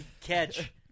Catch